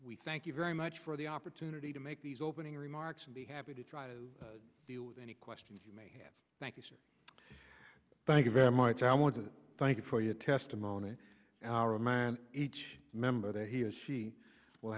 we thank you very much for the opportunity to make these opening remarks and be happy to try to deal with any questions you may have thank you thank you very much i want to thank you for your testimony our man each member that he or she will